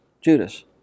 Judas